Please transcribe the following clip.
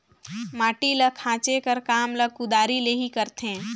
माटी ल खाचे कर काम ल कुदारी ले ही करथे